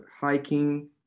hiking